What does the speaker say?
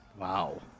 Wow